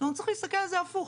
צריך להסתכל על זה הפוך.